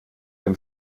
dem